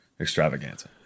extravaganza